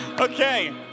Okay